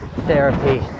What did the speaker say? therapy